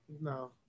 No